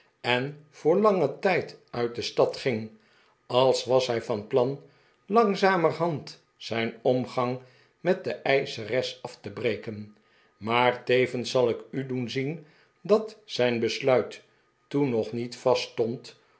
en voor langeii tijd uit de stad ging als was hij van plan langzamerhand zijn omgang met de eischeres af te breken maar tevens zal ik u doen zien dat zijn besluit to en nog niet